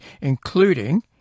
including